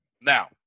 Now